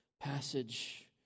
passage